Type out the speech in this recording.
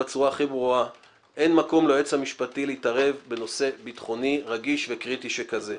אין מקום להתערב בנושא ביטחוני רגיש וקריטי שכזה,